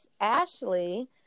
Ashley